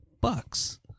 bucks